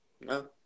No